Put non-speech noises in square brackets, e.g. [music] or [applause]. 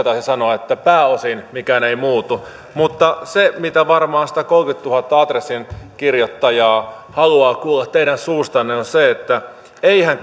[unintelligible] taisi sanoa että pääosin mikään ei muutu mutta se mitä varmaan sadankolmenkymmenentuhannen adressin kirjoittajaa haluaa kuulla teidän suustanne on se että eihän [unintelligible]